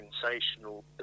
sensational